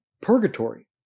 purgatory